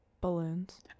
balloons